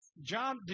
John